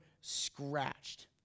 scratched